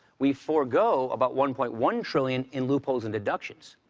we forgo about one point one trillion in loopholes and deductions.